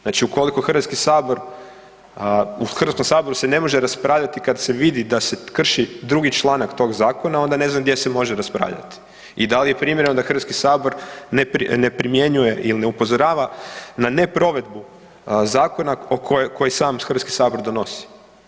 Znači, ukoliko u Hrvatskom saboru se ne može raspravljati kad se vidi da se krši drugi članak tog Zakona, onda ne znam gdje se može raspravljati i da li je primjereno da Hrvatski sabor ne primjenjuje ili ne upozorava na ne provedbu Zakona koji sam Hrvatski sabor donosi.